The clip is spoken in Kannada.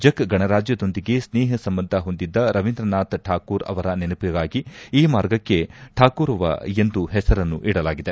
ಜೆಕ್ ಗಣರಾಜ್ಯದೊಂದಿಗೆ ಸ್ನೇಹ ಸಂಬಂಧ ಹೊಂದಿದ್ದ ರವೀಂದ್ರನಾಥ್ ಠಾಕೂರ್ ಅವರ ನೆನಪಿಗಾಗಿ ಈ ಮಾರ್ಗಕ್ಕೆ ಠಾಕೂರೊವ ಎಂದು ಹೆಸರನ್ನು ಇಡಲಾಗಿದೆ